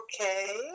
Okay